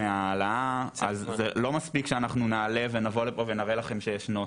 מההעלאה אז זה לא מספיק שאנחנו נעלה ונבוא לפה ונראה לכם שיש נוסח,